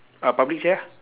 ah public chair ah